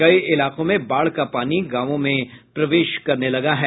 कई इलाकों में बाढ़ का पानी गांवों में प्रवेश करने लगा है